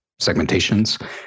segmentations